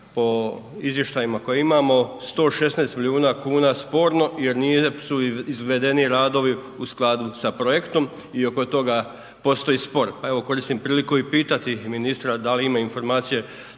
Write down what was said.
po izvještajima koje imamo, 116 milijuna kuna sporno jer nisu izvedeni radovi u skladu sa projektom i oko toga postoji spor. Pa evo, koristim priliku i pitati ministra da li ima informacije